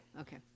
Okay